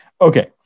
Okay